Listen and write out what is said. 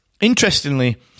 interestingly